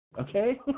okay